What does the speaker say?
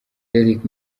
derek